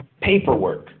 paperwork